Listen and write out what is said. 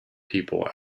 people